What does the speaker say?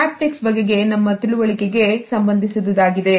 haptics ಬಗೆಗೆ ನಮ್ಮ ತಿಳುವಳಿಕೆಗೆ ಸಂಬಂಧಿಸಿದ್ದಾಗಿದೆ